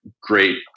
great